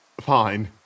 Fine